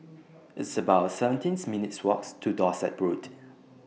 It's about seventeenth minutes' Walk to Dorset Road